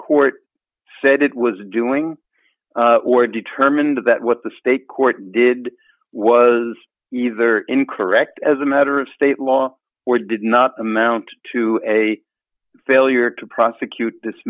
court said it was doing or determined that what the state court did was either incorrect as a matter of state law or did not amount to a failure to prosecute